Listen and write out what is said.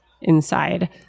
inside